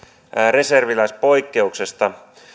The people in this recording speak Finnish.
reserviläispoikkeuksesta